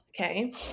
Okay